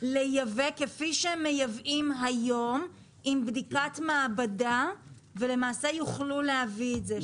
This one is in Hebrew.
לייבא כפי שמייבאים היום עם בדיקת מעבדה ולמעשה יוכלו להביא את זה.